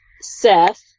Seth